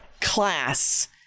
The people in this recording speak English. Class